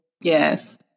Yes